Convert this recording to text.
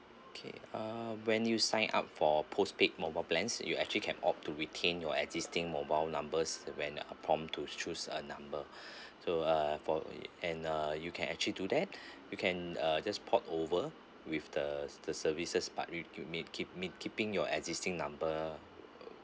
okay uh when you sign up for postpaid mobile plans you actually can opt to retain your existing mobile numbers when uh prompt to choose a number so uh for and uh you can actually do that you can uh just port over with the the services part you you may keep may keeping your existing number uh